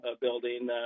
building